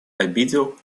обидел